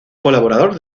colaborador